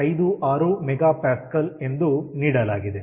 56MPa ಎಂದು ನೀಡಲಾಗಿದೆ